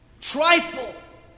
trifle